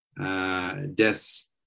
Deaths